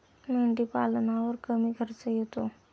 मेंढीपालनावर कमी खर्च येतो